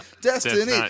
Destiny